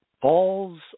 falls